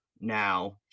now